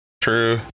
true